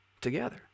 together